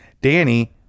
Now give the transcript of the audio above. Danny